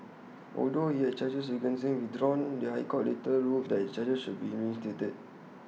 although he had the charges against him withdrawn the High Court later ruled that the charges should be reinstated